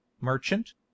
merchant